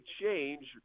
change